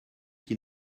qui